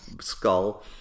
skull